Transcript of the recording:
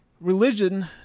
religion